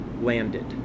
landed